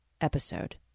episode